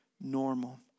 normal